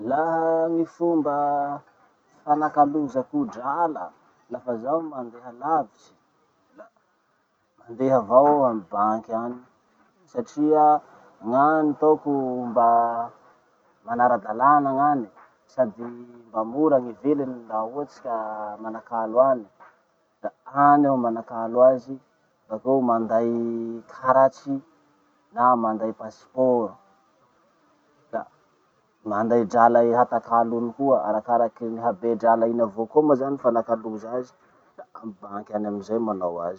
Laha gny fomba fanakalozako drala lafa zaho mandeha lavitsy, la mandeha avao aho amy banky any satria gn'agny ataoko mba manara-dalana gn'agny sady mba mora gny viliny laha ohatsy ka manakalo any. Bakeo aho manday karatsy na manday pasiporo. Da manday drala hi- hatakalo iny koa, arakaraky ny habe drala iny avao koa moa zany fanakaloza azy. Da amy banky any amizay manao azy.